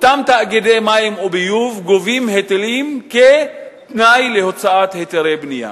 אותם תאגידי מים וביוב גובים היטלים כתנאי להוצאת היתרי בנייה.